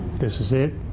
this is it,